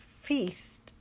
feast